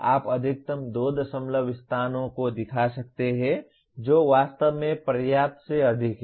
आप अधिकतम 2 दशमलव स्थानों को दिखा सकते हैं जो वास्तव में पर्याप्त से अधिक है